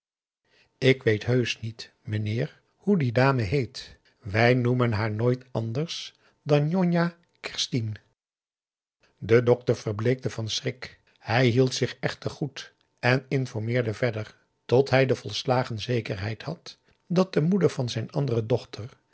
ik weet heusch niet mijnheer hoe die dame heet wij noemen haar nooit anders dan njonja kerstien de dokter verbleekte van schrik hij hield zich echter goed en informeerde verder tot hij de volslagen zekerheid had dat de moeder van zijn andere dochter